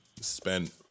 spent